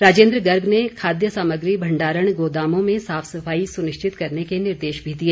राजेन्द्र गर्ग ने खाद्य सामग्री भंडारण गोदामों में साफ सफाई सुनिश्चित करने के निर्देश भी दिए